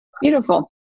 Beautiful